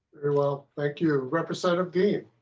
well thank you representative p.